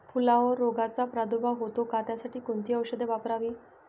फुलावर रोगचा प्रादुर्भाव होतो का? त्यासाठी कोणती औषधे वापरावी?